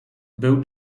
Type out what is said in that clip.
był